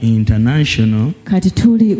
international